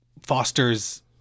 fosters